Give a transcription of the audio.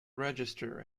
register